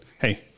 hey